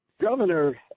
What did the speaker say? Governor